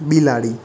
બિલાડી